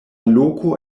loko